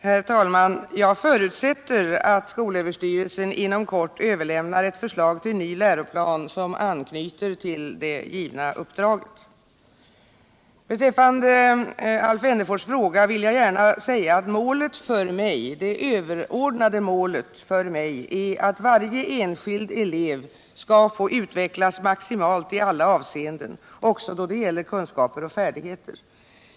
Herr talman! Jag förutsätter att skolöverstyrelsen inom kort överlämnar ett förslag till ny läroplan, som anknyter till det givna uppdraget. Beträffande Alf Wennerfors fråga vill jag säga att det överordnade målet för mig är att varje enskild elev skall få utvecklas maximalt i alla avseenden, alltså också då det gäller kunskaper och färdigheter.